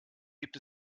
gibt